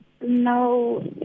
No